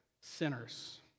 sinners